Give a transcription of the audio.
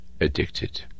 addicted